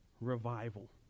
revival